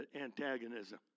antagonism